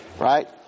right